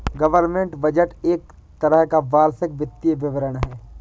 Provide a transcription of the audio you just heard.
government budget एक तरह का वार्षिक वित्तीय विवरण है